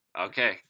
Okay